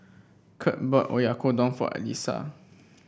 Kurt bought Oyakodon for Elissa